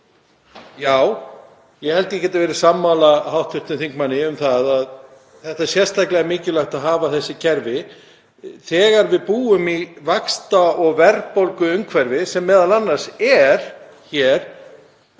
Já, ég held að ég geti verið sammála hv. þingmanni um að það er sérstaklega mikilvægt að hafa þessi kerfi þegar við búum í vaxta- og verðbólguumhverfi sem m.a. er hér